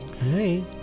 hey